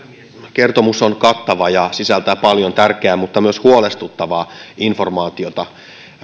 kertomus on kattava ja sisältää paljon tärkeää mutta myös huolestuttavaa informaatiota